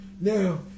Now